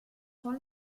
son